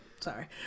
Sorry